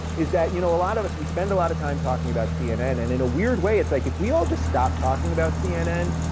is that you know a lot of us, we spend a lot of time talking about cnn, and in a weird way, like if we all just stopped talking about cnn,